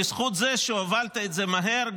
בזכות זה שהובלת את זה מהר,